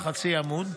על חצי עמוד,